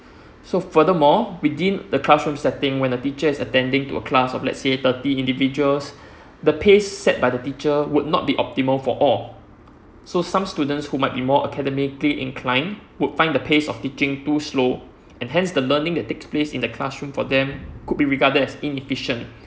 so furthermore within the classroom setting when the teacher is attending to a class of let's say thirty individuals the pace set by the teacher would not be optimal for all so some students who might be more academically inclined would find the pace of teaching too slow and hence the learning that takes place in the classroom for them could be regarded as inefficient